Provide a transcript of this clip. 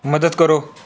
ਮਦਦ ਕਰੋ